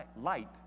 light